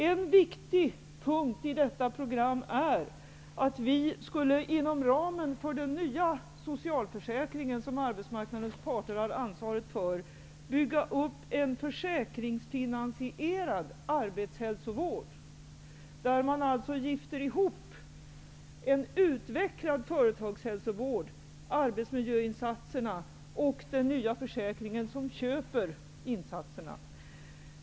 En viktig punkt i detta program är att vi inom ramen för den nya socialförsäkringen, som arbetsmarknadens parter har ansvaret för, skall bygga upp en försäkringsfinansierad arbetshälsovård, där man gifter ihop en utvecklad företagshälsovård, arbetsmiljöinsatser och den nya försäkringen som köper insatserna.